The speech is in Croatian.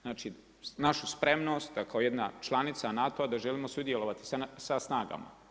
Znači našu spremnost da kao jedna članica NATO-a da želimo sudjelovati sa snagama.